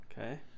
Okay